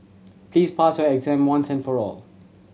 please pass your exam once and for all